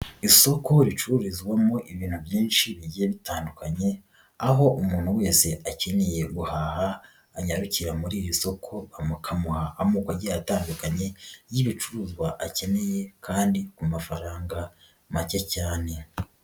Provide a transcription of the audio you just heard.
Isoko ricururizwamo ibintu byinshi bigiye bitandukanye aho umuntu wese akeneye guhaha anyarukira muri iri soko mukamuha amoko agiye atandukanye y'ibicuruzwa akeneye kandi ku mafaranga make cyane.